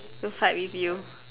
to fight with you